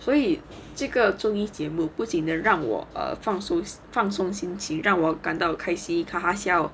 所以这个综艺节目不仅能让我放松放松心情让我感到开心哈哈笑